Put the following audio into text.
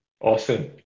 Awesome